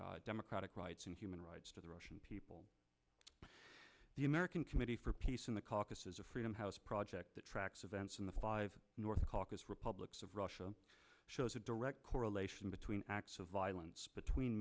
democratic rights and human rights to the russian people the american committee for peace in the caucuses a freedom house project that tracks events in the five north caucasus republics of russia shows a direct correlation between acts of violence between